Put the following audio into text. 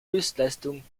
höchstleistung